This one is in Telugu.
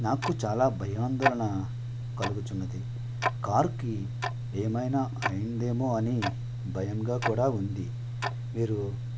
నాకు చాలా భయాందోళన కలుగుచున్నది కార్ కి ఏమైనా అయిందేమో అని భయంగా కూడా ఉంది మీరు